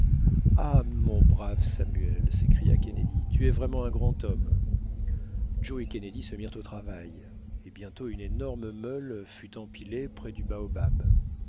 ah mon brave samuel s'écria kennedy tu es vraiment un grand homme joe et kennedy se mirent au travail et bientôt une énorme meule fut empilée prés du baobab